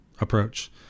approach